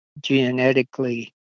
genetically